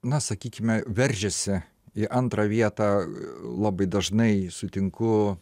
na sakykime veržiasi į antrą vietą labai dažnai sutinku